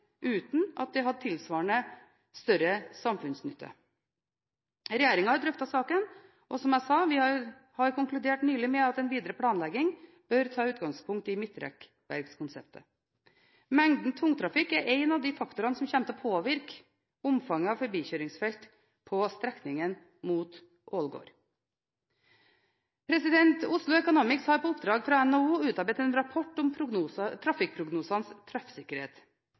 uten at det hadde tilsvarende større samfunnsnytte. Regjeringen har drøftet saken, og, som jeg sa, vi konkluderte nylig med at den videre planlegging bør ta utgangspunkt i midtrekkverkskonseptet. Mengden tungtrafikk er en av de faktorene som kommer til å påvirke omfanget av forbikjøringsfelt på strekningen mot Ålgård. Oslo Economics har på oppdrag fra NHO utarbeidet en rapport om trafikkprognosenes treffsikkerhet.